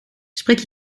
spreek